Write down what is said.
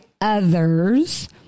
others